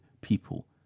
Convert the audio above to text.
people